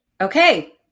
Okay